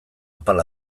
apal